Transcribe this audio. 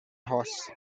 horse